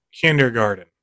kindergarten